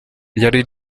ryari